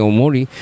Omori